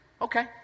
Okay